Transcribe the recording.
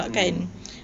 um